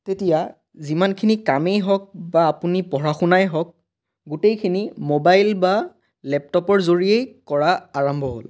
তেতিয়া যিমানখিনি কামেই হওক বা আপুনি পঢ়া শুনাই হওক গোটেইখিনি মোবাইল বা লেপটপৰ জৰিয়েই কৰা আৰম্ভ হ'ল